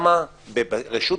יחשבו.